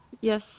Yes